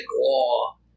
Law